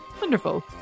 Wonderful